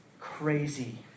crazy